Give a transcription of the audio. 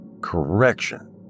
correction